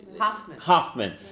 Hoffman